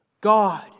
God